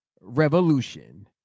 revolution